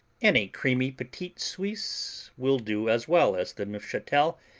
any creamy petit suisse will do as well as the neufchatel,